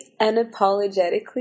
unapologetically